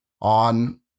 on